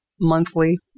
monthly